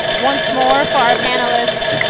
once more for our panelists!